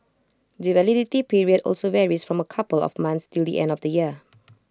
the validity period also varies from A couple of months till the end of the year